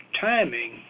timing